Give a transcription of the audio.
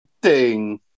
Ding